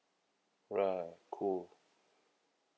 right cool